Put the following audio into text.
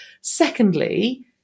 Secondly